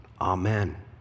Amen